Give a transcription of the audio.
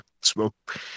smoke